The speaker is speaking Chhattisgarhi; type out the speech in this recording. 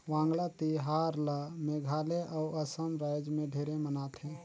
वांगला तिहार ल मेघालय अउ असम रायज मे ढेरे मनाथे